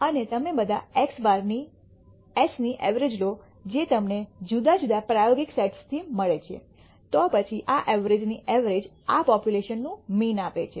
અને તમે આ બધા x̅ s ની ઐવ્રજ લો જે તમને જુદા જુદા પ્રાયોગિક સેટ્સથી મળે છે તો પછી આ ઐવ્રજની ઐવ્રજ આ પોપ્યુલેશનનું મીન આપે છે